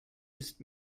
ist